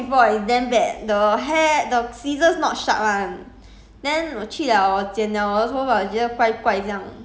good meh I I got go before eh it's damn bad the hair the scissors not sharp [one]